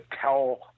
tell